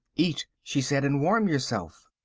eat, she said, and warm yourself.